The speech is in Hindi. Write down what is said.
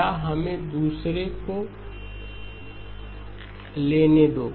या हमें दूसरे को लेने दो